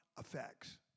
effects